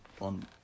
on